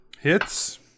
Hits